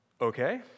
Okay